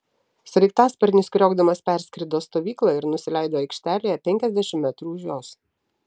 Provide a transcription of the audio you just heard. sraigtasparnis kriokdamas perskrido stovyklą ir nusileido aikštelėje penkiasdešimt metrų už jos